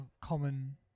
common